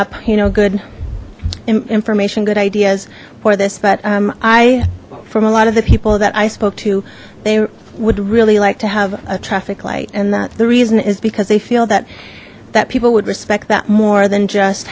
up you know good information good ideas for this but i from a lot of the people that i spoke to they would really like to have a traffic light and that the reason is because they feel that that people would respect that more than just